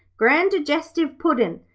grand digestive puddin',